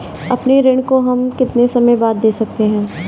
अपने ऋण को हम कितने समय बाद दे सकते हैं?